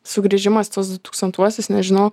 sugrįžimas į tuos du tūkstantuosius nežinau